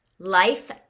Life